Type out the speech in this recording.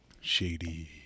Shady